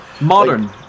Modern